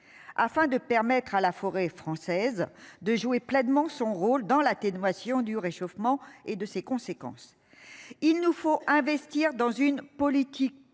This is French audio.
afin de permettre à la forêt française de jouer pleinement son rôle dans l'atténuation du réchauffement et de ses conséquences. Il nous faut investir dans une politique forestière